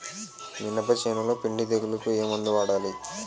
మినప చేనులో పిండి తెగులుకు ఏమందు వాడాలి?